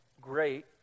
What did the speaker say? great